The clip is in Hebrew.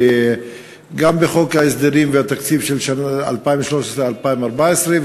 גם בחוק ההסדרים והתקציב של השנים 2013 2014,